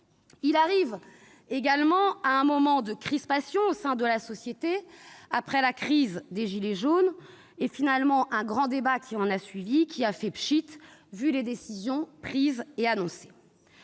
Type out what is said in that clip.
Il arrive également à un moment de crispation au sein de la société, après la crise des « gilets jaunes » et le grand débat qui a suivi, et qui, au vu des décisions prises et annoncées,